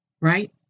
Right